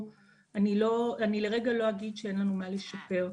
אני לרגע לא אגיד שאין לנו מה לשפר,